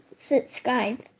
subscribe